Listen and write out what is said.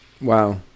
Wow